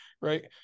right